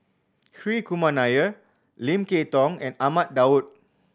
Hri Kumar Nair Lim Kay Tong and Ahmad Daud